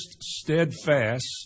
steadfast